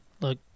look